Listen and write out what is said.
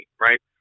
right